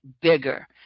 bigger